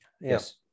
Yes